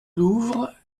louvre